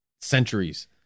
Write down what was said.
centuries